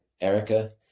Erica